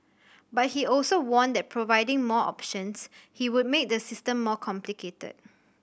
but he also warned that providing more options he would make the system more complicated